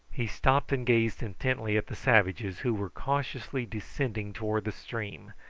he stopped and gazed intently at the savages, who were cautiously descending towards the stream,